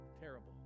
terrible